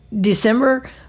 December